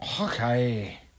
Okay